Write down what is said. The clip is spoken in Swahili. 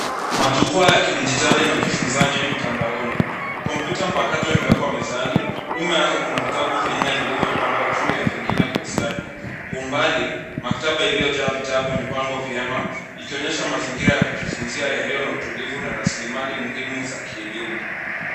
Majukwaa ya kidijitali na ujifuzaji mtandaoni. Kompyuta mpakato imewekwa mezani, nyuma yake kuna vitabu vinne vilivyopangwa juu ya vingine kwa ustadi. Kwa umbali maktaba iliyojaa vitabu imepangwa vyema ikionyesha mazingira ya kujifunzia yaliyo na utulivu na rasilimali muhimu za kielimu.